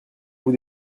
vous